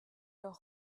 leur